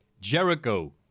Jericho